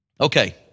Okay